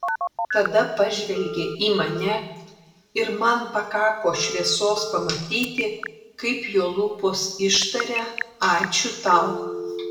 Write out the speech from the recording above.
tada pažvelgė į mane ir man pakako šviesos pamatyti kaip jo lūpos ištaria ačiū tau